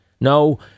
No